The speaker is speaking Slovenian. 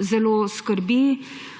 zelo skrbi,